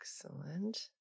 Excellent